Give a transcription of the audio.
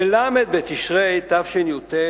בל' בתשרי תשי"ט,